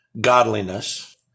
godliness